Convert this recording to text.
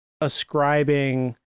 ascribing